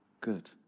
good